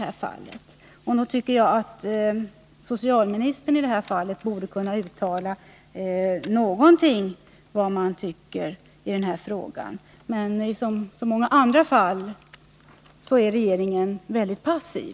Nog tycker jag att socialministern borde uttala någonting om vad hon anser i den här frågan — men som i så många andra fall är regeringen väldigt passiv.